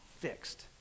fixed